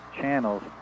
channels